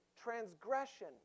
transgression